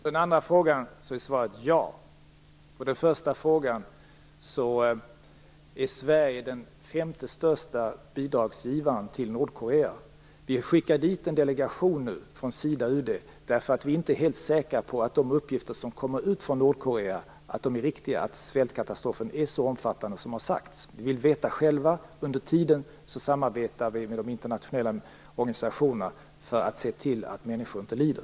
Fru talman! På den andra frågan är svaret: Ja. När det gäller den första frågan är Sverige den femte största bidragsgivaren till Nordkorea. Vi skickar nu dit en delegation från Sida och UD därför att vi inte är helt säkra på att de uppgifter som kommer ut från Nordkorea är riktiga och att svältkatastrofen är så omfattande som har sagts. Vi vill veta själva. Under tiden samarbetar vi med de internationella organisationerna för att se till att människor inte lider.